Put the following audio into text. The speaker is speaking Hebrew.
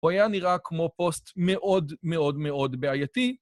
הוא היה נראה כמו פוסט מאוד מאוד מאוד בעייתי.